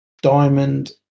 Diamond